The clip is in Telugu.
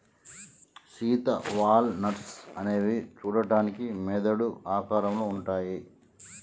సీత వాల్ నట్స్ అనేవి సూడడానికి మెదడు ఆకారంలో ఉంటాయి